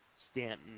Stanton